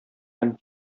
һәм